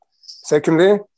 Secondly